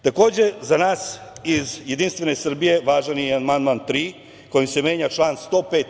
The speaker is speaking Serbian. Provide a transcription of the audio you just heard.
Takođe za nas iz Jedinstvene Srbije važan je i amandman 3. kojim se menja član 105.